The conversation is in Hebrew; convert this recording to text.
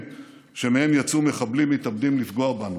שמהם יצאו מחבלים מתאבדים לפגוע בנו.